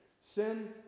Sin